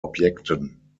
objekten